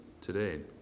today